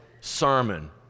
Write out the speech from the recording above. sermon